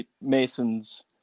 Mason's